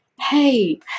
hey